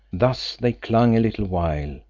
thus they clung a little while,